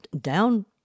down